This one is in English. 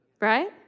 right